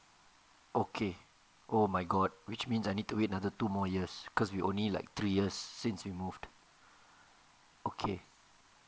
okay oh my god which means I need to wait another two more years cos' we only like three years since we moved okay